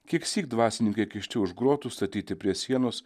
kieksyk dvasininkai kišti už grotų statyti prie sienos